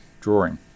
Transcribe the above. drawing